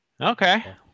okay